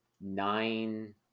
nine